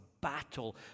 battle